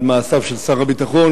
על מעשיו של שר הביטחון,